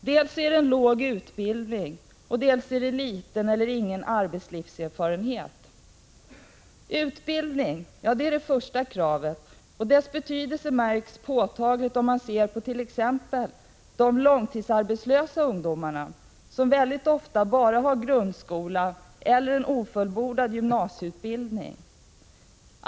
Dels är det låg utbildning, dels är det liten eller ingen arbetslivserfarenhet. Utbildning är det första kravet, och dess betydelse är påtaglig om man ser t.ex. på de långtidsarbetslösa ungdomarna, som väldigt ofta har bara grundskola eller en ofullbordad gymnasieutbildning.